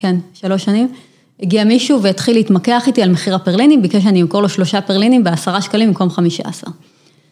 כן, שלוש שנים, הגיע מישהו והתחיל להתמקח איתי על מחיר הפרלינים, ביקש אני אמכור לו שלושה פרלינים בעשרה שקלים במקום חמישה עשר.